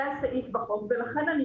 זה הסעיף בחוק ולכן,